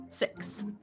six